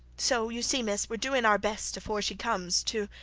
so you see, miss, we're doing our best, afore she comes, to